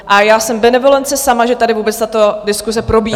A já jsem benevolence sama, že tady vůbec tato diskuse probíhá.